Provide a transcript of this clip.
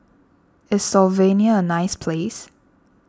is Slovenia a nice place